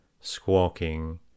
squawking